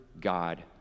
God